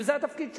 וזה התפקיד שלהם.